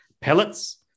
pellets